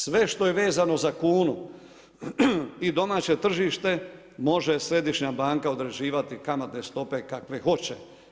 Sve što je vezano za kunu i domaće tržište može središnja banka određivati kamatne stope kakve hoće.